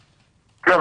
כן,